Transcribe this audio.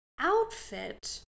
outfit